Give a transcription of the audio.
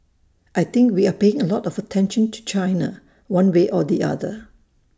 I think we are paying A lot of attention to China one way or the other